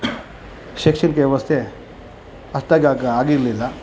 ಶೈಕ್ಷಣಿಕ ವ್ಯವಸ್ಥೆ ಅಷ್ಟಾಗಿ ಆಗ ಆಗಿರಲಿಲ್ಲ